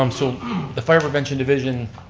um so the fire prevention division,